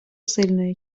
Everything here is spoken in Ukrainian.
сильної